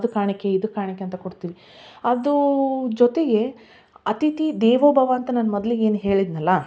ಅದು ಕಾಣಿಕೆ ಇದು ಕಾಣಿಕೆ ಅಂತ ಕೊಡ್ತೀವಿ ಅದು ಜೊತೆಗೆ ಅತಿಥಿ ದೇವೋ ಭವ ಅಂತ ನಾನು ಮೊದಲಿಗೆ ಏನು ಹೇಳಿದೆನಲ್ಲ